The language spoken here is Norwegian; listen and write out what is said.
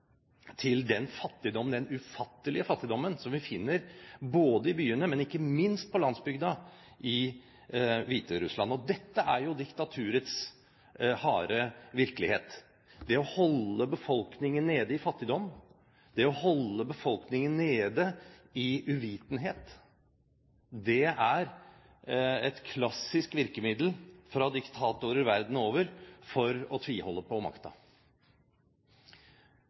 til den ufattelige fattigdommen som vi finner i byene, men ikke minst på landsbygda i Hviterussland. Og dette er jo diktaturets harde virkelighet. Det å holde befolkningen nede i fattigdom, det å holde befolkningen nede i uvitenhet, det er et klassisk virkemiddel for diktatorer verden over for å tviholde på